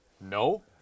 No